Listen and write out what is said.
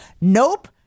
nope